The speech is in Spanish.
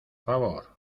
favor